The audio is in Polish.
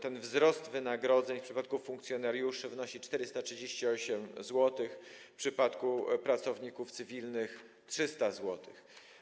Ten wzrost wynagrodzeń w przypadku funkcjonariuszy wynosi 438 zł, w przypadku pracowników cywilnych - 300 zł.